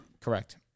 Correct